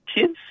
kids